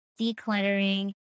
decluttering